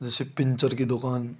जैसे पिंचर की दुकान